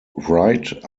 wright